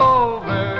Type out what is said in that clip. over